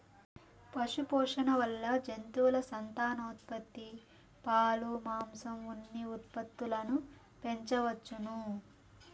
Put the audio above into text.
పశుపోషణ వల్ల జంతువుల సంతానోత్పత్తి, పాలు, మాంసం, ఉన్ని ఉత్పత్తులను పెంచవచ్చును